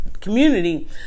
community